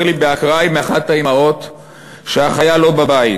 לי באקראי מאחת האימהות שהחייל לא בבית,